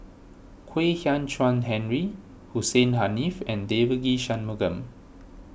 Kwek Hian Chuan Henry Hussein Haniff and Devagi Sanmugam